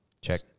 Check